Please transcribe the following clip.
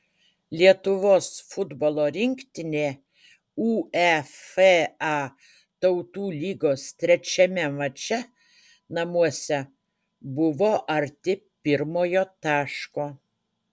lietuvos futbolo rinktinė uefa tautų lygos trečiame mače namuose buvo arti pirmojo taško